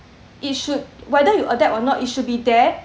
it should whether you adapt or not it should be there